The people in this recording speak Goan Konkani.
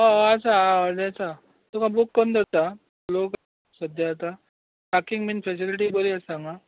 हय आसा हय जाता तुका बूक करून दवरता हा लोक सद्दा येता पार्कींग बीन फॅसीलिटी बरी आसा हांगा